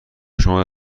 شما